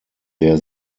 der